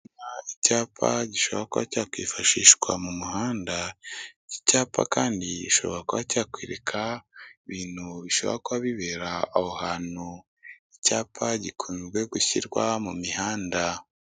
Icyapa gishoborakwa cyakwifashishwa mu muhanda iki cyapa kandi gishobora kuba cyakwereka ibintu bishakwa bibera aho hantu icyapa gikunzezwe gushyirwa mu mihanda.